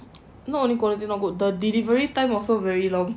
not only quality not good the delivery time also very long